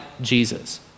Jesus